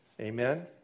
Amen